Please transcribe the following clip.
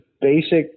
basic